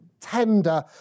tender